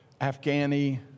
Afghani